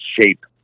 shape